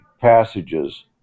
passages